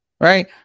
right